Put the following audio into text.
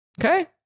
Okay